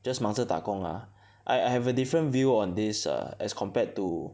just 忙着打工 ah I I have a different view on this err as compared to